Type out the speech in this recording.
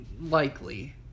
likely